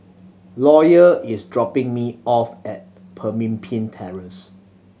Lawyer is dropping me off at Pemimpin Terrace